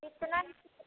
इतना